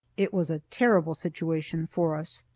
it was a terrible situation for us.